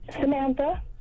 Samantha